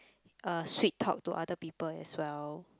uh sweet talk to other people as well